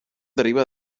deriva